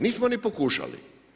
Nismo ni pokušali.